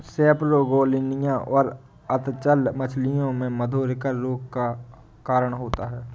सेपरोगेलनिया और अचल्य मछलियों में मधुरिका रोग का कारण होता है